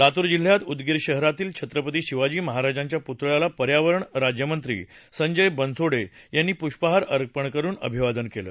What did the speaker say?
लातूर जिल्ह्यात उदगीर शहरातील छत्रपती शिवाजी महाराजांच्या पुतळ्याला पर्यावरण राज्यमंत्री संजय बनसोडे यांनी पुष्पहार अर्पण करून अभिवादन केलं